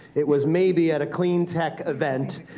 it was maybe at a clean tech event.